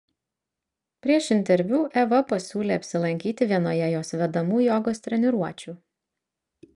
prieš interviu eva pasiūlė apsilankyti vienoje jos vedamų jogos treniruočių